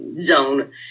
zone